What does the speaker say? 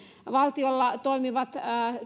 valtiolla toimivat